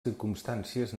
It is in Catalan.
circumstàncies